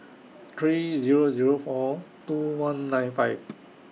three Zero Zero four two one nine five